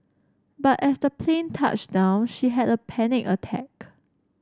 but as the plane touched down she had a panic attack